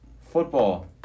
football